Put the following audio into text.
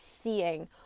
seeing